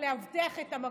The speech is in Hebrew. בלאבטח את המקום.